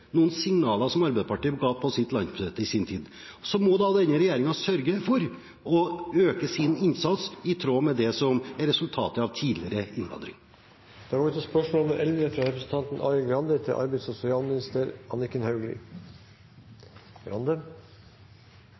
Arbeiderpartiet ga på sitt landsmøte i sin tid. Så må da denne regjeringen sørge for å øke sin innsats, i tråd med det som er resultatet av tidligere innvandring. «Økende bruk av innleid og utenlandsk arbeidskraft setter press på norske lønns- og